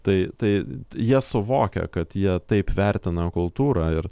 tai tai jie suvokia kad jie taip vertina kultūrą ir